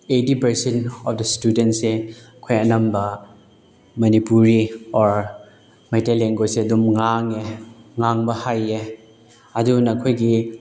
eighty percent of the ꯏꯁꯇꯨꯗꯦꯟꯁꯦ ꯑꯩꯈꯣꯏ ꯑꯅꯝꯕ ꯃꯅꯤꯄꯨꯔꯤ ꯑꯣꯔ ꯃꯩꯇꯩ ꯂꯦꯡꯒꯣꯏꯁꯁꯦ ꯑꯗꯨꯝ ꯉꯥꯡꯉꯦ ꯉꯥꯡꯕ ꯍꯩꯌꯦ ꯑꯗꯨ ꯅꯈꯣꯏꯒꯤ